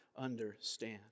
understand